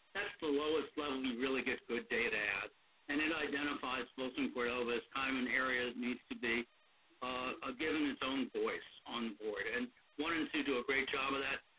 that's the lowest level and you really get good data and it identifies folsom cordova as kind of an area that needs to be ah given its own voice on the board. and one and two do a great job of that.